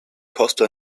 costa